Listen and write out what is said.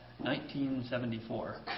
1974